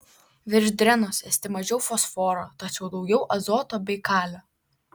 virš drenos esti mažiau fosforo tačiau daugiau azoto bei kalio